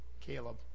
Caleb